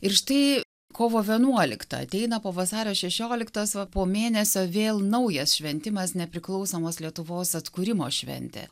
ir štai kovo vienuolikta ateina po vasario šešioliktos po mėnesio vėl naujas šventimas nepriklausomos lietuvos atkūrimo šventė